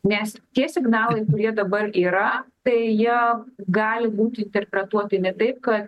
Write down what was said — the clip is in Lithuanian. nes tie signalai kurie dabar yra tai jie gali būti interpretuoti ne taip kad